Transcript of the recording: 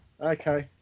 Okay